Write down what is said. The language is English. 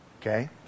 okay